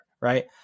right